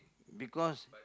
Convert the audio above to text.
because